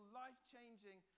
life-changing